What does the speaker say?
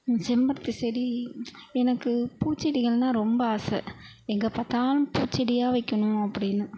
செம்பருத்தி செடி எனக்கு பூச்செடிகள்ன்னா ரொம்ப ஆசை எங்கே பார்த்தாலும் பூச்செடியாக வைக்கணும் அப்படின்னு